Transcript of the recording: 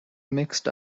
mixed